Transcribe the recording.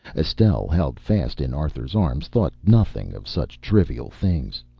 estelle, held fast in arthur's arms, thought nothing of such trivial things.